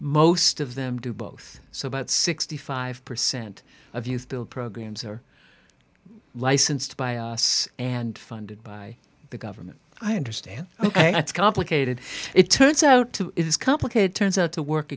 most of them do both so about sixty five percent of youth build programs are licensed by us and funded by the government i understand ok it's complicated it turns out it is complicated turns out to work